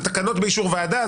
זה תקנות באישור ועדה,